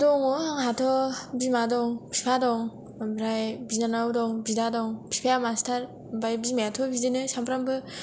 दङ आंहाथ' बिमा दं बिफा दं ओमफ्राय बिनानाव दं बिदा दं बिफाया मासथार ओमफ्राय बिमायाथ' बिदिनो सानफ्रामबो